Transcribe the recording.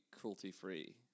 cruelty-free